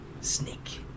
snake